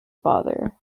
father